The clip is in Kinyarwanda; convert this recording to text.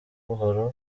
buhoro